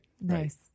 Nice